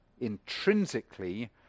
Intrinsically